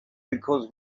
because